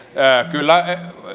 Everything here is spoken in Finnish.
kyllä